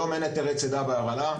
היום אין היתרי צידה בהרעלה.